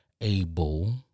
able